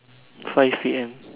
five P_M